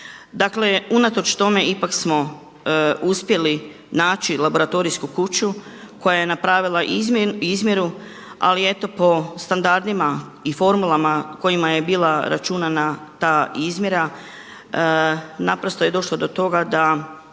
Dakle unatoč tome ipak smo uspjeli naći laboratorijsku kuću koja je napravila izmjeru, ali eto po standardima i formulama kojima je bila računana ta izmjera naprosto je došlo do toga da